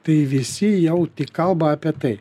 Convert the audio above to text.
tai visi jau tik kalba apie tai